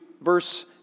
verse